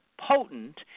potent